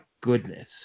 goodness